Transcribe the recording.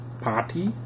party